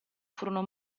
furono